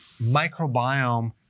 microbiome